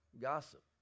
gossip